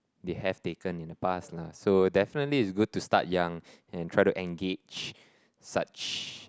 they have taken in the past lah so definitely it's good to start young and try to engage such